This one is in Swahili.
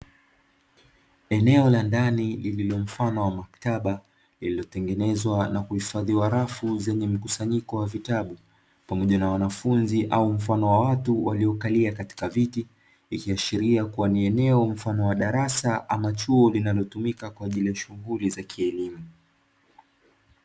Eneo la ndani lililomfano wa maktaba lililotengenezwa na kuhifadhiwa rafu zenye mkusanyiko wa vitabu, pamoja na wanafunzi au mfano wa watu waliokalia katika viti, ikiashiria kuwa ni eneo mfano wa darasa ama chuo linalotumika kwa ajili ya shughuli za kielimu.